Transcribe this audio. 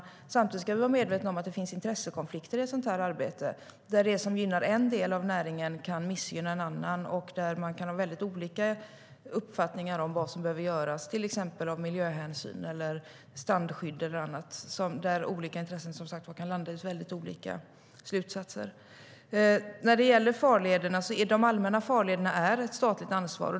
När det gäller farlederna är de allmänna farlederna ett statligt ansvar.